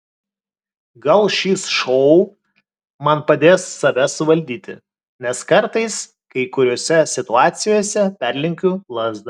gal šis šou man padės save suvaldyti nes kartais kai kuriose situacijose perlenkiu lazdą